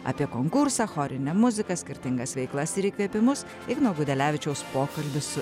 apie konkursą chorinę muziką skirtingas veiklas ir įkvėpimus igno gudelevičiaus pokalbis su